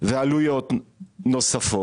זה עלויות נוספות.